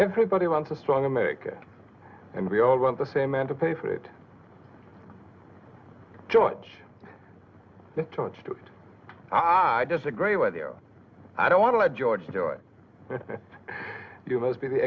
everybody wants a strong america and we all want the same man to pay for it george touched it i disagree with you i don't want to george do it you must be the